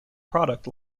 product